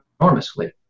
enormously